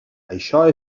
això